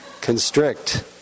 constrict